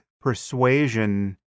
persuasion